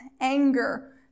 anger